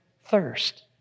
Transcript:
thirst